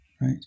right